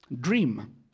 dream